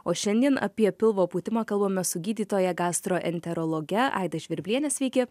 o šiandien apie pilvo pūtimą kalbamės su gydytoja gastroenterologe aida žvirbliene sveiki